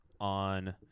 on